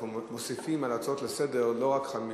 אנחנו לפעמים מוסיפים על ההצעות לסדר-היום לא רק חמש